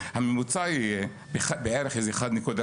הממוצע יהיה כ-1.8%,